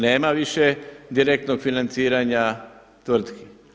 Nema više direktnog financiranja tvrtki.